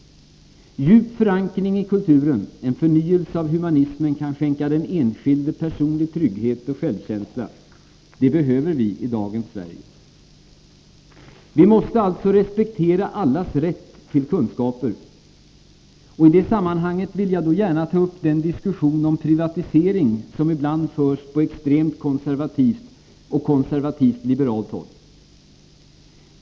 Djup förankring i kulturen, en förnyelse av humanismen, kan skänka den enskilde personlig trygghet och självkänsla. Det behöver vi i dagens Sverige. Allas rätt till kunskaper måste alltså respekteras. I det sammanhanget vill jag gärna ta upp den diskussion om privatisering som ibland förs på extremt konservativt och konservativt liberalt håll.